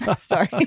Sorry